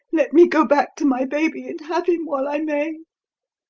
let me go back to my baby and have him while i may.